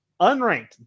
Unranked